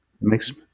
makes